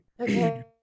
Okay